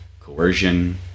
coercion